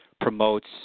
promotes